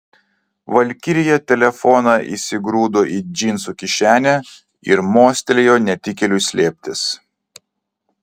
valkirija telefoną įsigrūdo į džinsų kišenę ir mostelėjo netikėliui slėptis